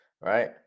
Right